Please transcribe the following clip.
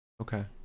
Okay